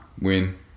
Win